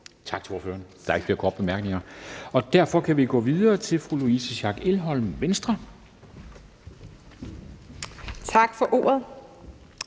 Tak for ordet.